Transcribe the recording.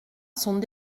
sont